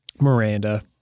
Miranda